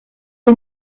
les